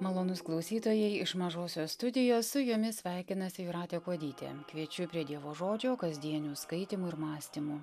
malonūs klausytojai iš mažosios studijos su jumis sveikinasi jūratė kuodytė kviečiu prie dievo žodžio kasdienių skaitymų ir mąstymų